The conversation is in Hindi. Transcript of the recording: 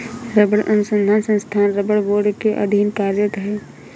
रबड़ अनुसंधान संस्थान रबड़ बोर्ड के अधीन कार्यरत है